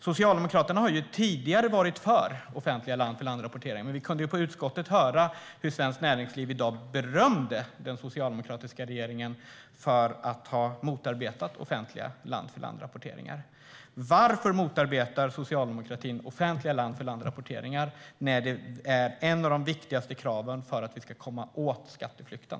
Socialdemokraterna har tidigare varit för offentliga land-för-land-rapporteringar, men vi kunde i utskottet höra hur Svenskt Näringsliv i dag berömde den socialdemokratiska regeringen för att ha motarbetat offentliga land-för-land-rapporteringar. Varför motarbetar socialdemokratin offentliga land-för-land-rapporteringar när det är ett av de viktigaste kraven för att vi ska komma åt skatteflykten?